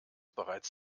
bereits